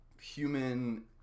human